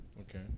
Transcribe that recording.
Okay